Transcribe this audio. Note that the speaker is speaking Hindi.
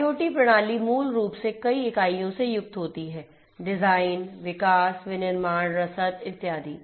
IoT प्रणाली मूल रूप से कई इकाइयों से युक्त होती है डिजाइन विकास विनिर्माण रसद इत्यादि